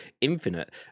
Infinite